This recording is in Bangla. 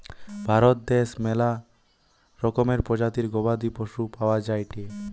ভারত দ্যাশে ম্যালা রকমের প্রজাতির গবাদি পশু পাওয়া যায়টে